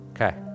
Okay